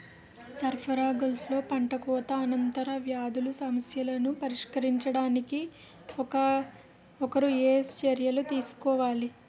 సరఫరా గొలుసులో పంటకోత అనంతర వ్యాధుల సమస్యలను పరిష్కరించడానికి ఒకరు ఏ చర్యలు తీసుకోవాలి?